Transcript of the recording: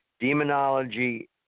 Demonology